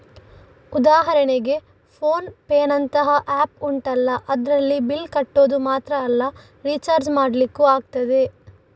ಉದಾಹರಣೆಗೆ ಫೋನ್ ಪೇನಂತಹ ಆಪ್ ಉಂಟಲ್ಲ ಅದ್ರಲ್ಲಿ ಬಿಲ್ಲ್ ಕಟ್ಟೋದು ಮಾತ್ರ ಅಲ್ಲ ರಿಚಾರ್ಜ್ ಮಾಡ್ಲಿಕ್ಕೂ ಆಗ್ತದೆ